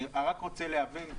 אני רק רוצה להבין,